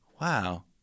wow